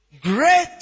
great